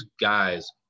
guys